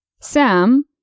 sam